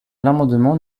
l’amendement